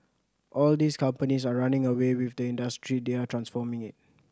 all these companies are running away with the industry they are transforming it